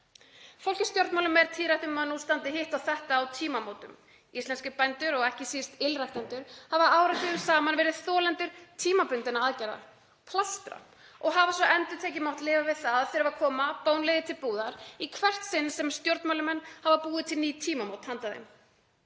Fólki í stjórnmálum er tíðrætt um að nú standi hitt og þetta á tímamótum. Íslenskir bændur og ekki síst ylræktendur hafa áratugum saman verið þolendur tímabundinna aðgerða, plástra, og hafa svo endurtekið mátt lifa við það að þurfa að fara bónleiðir til búðar í hvert sinn sem stjórnmálamenn hafa búið til ný tímamót handa